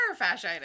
fasciitis